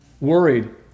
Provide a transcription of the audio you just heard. Worried